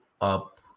up